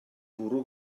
bwrw